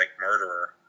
murderer